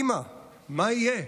אימא, מה יהיה?